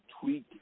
tweak